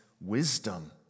wisdom